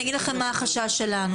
אני אגיד לך מה החשש שלנו.